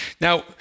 Now